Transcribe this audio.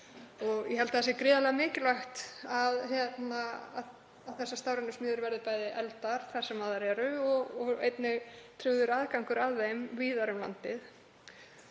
Ég held að það sé gríðarlega mikilvægt að stafrænar smiðjur verði efldar þar sem þær eru og einnig tryggður aðgangur að þeim víðar um landið.